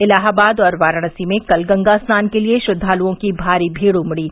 इलाहाबाद और वाराणसी में कल गंगा स्नान के लिये श्रद्दालुओं की भारी भीड़ उमड़ी